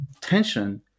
tension